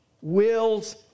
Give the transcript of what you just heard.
Wills